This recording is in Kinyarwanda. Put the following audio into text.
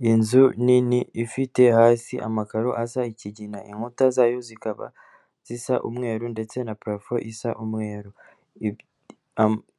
Ni inzu nini ifite hasi amakaro aza ikigina, inkuta zayo zikaba zisa umweru, ndetse na purafo isa umweru,